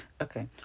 okay